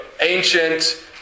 ancient